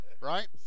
right